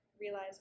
realize